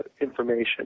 information